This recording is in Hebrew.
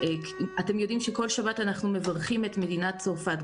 אתם יודעים שבכל שבת אנחנו מברכים את מדינת צרפת.